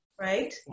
right